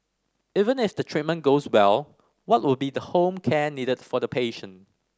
even if the treatment goes well what will be the home care needed for the patient